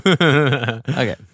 okay